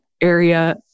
area